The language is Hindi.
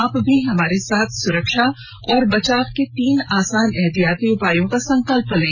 आप भी हमारे साथ सुरक्षा और बचाव के तीन आसान एहतियाती उपायों का संकल्प लें